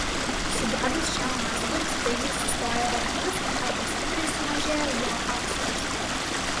sugedus šiam mazgui staigiai sustoja variklis arba stipriai sumažėja jo apsukos